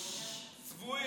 אתה יודע,